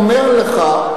לך,